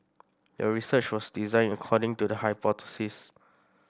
the research was designed according to the hypothesis